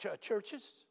churches